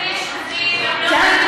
כן.